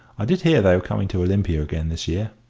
i did hear they were coming to olympia again this year.